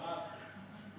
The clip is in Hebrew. מירב,